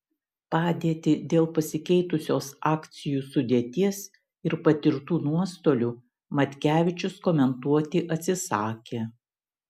padėtį dėl pasikeitusios akcijų sudėties ir patirtų nuostolių matkevičius komentuoti atsisakė